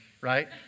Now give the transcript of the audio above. Right